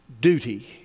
duty